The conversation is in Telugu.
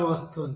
ఇది 0